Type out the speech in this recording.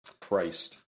Christ